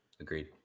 Agreed